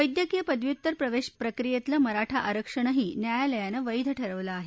वैद्यकीय पदव्युत्तर प्रवेश प्रक्रियेतलं मरत्ति आरक्षणही न्यय्यालियनिवैध ठरवलं आहे